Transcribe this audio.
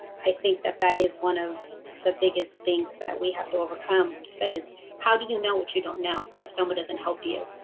i think that that is one of the biggest things that we have to overcome like i said is how do you know what you don't know if someone doesn't help you?